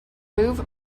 move